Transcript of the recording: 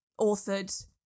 authored